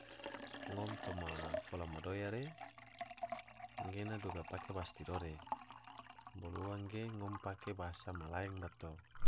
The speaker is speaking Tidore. Ngom toma fola madoya re gena duga pake bahasa tidore, bolo ua ge ngom pake bahasa melayu bato.